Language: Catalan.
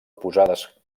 posades